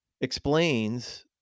explains